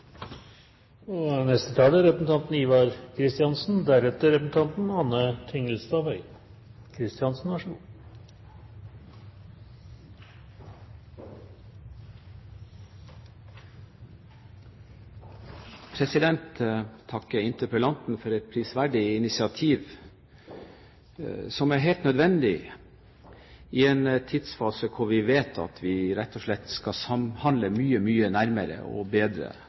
Jeg vil takke interpellanten for et prisverdig initiativ, som er helt nødvendig i en tidsfase hvor vi vet at vi rett og slett skal samhandle mye, mye nærmere og bedre